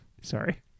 Sorry